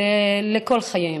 לכל חייהם.